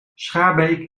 schaarbeek